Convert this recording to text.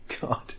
God